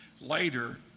later